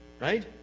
Right